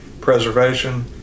preservation